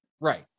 Right